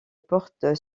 porte